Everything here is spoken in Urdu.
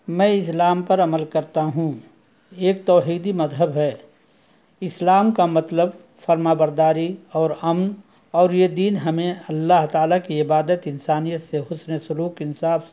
میں اسلام پر عمل کرتا ہوں ایک توحیدی مذہب ہے اسلام کا مطلب فرمانبرداری اور امن اور یہ دین ہمیں اللہ تعالیٰ کی عبادت انسانیت سے حسن سلوک انصاف